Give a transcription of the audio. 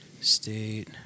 State